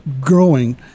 growing